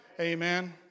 Amen